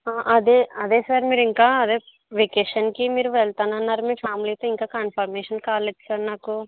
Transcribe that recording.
అదే అదే సార్ మీరింకా అదే వెకేషన్కి మీరు వెళ్తానన్నారు మీ ఫ్యామిలీతో ఇంకా కన్ఫర్మేషన్ కాలేదు సర్ నాకు